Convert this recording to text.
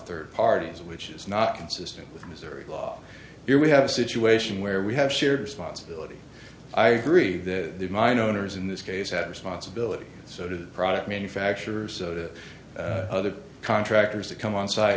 third parties which is not consistent with missouri law here we have a situation where we have shared responsibility i agree that the mine owners in this case have responsibility so to product manufacturers other contractors that come on site